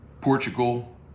Portugal